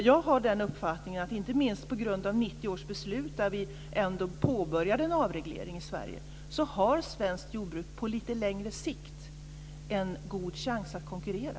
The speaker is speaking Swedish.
Jag har den uppfattningen att inte minst på grund av 1990 års beslut, då vi ändå påbörjade en avreglering i Sverige, har svenskt jordbruk på lite längre sikt en god chans att konkurrera.